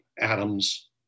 atoms